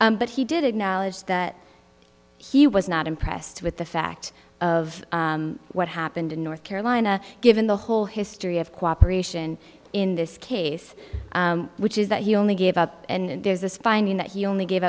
opinion but he did acknowledge that he was not impressed with the fact of what happened in north carolina given the whole history of cooperation in this case which is that he only gave up and there's this finding that he only gave